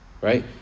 Right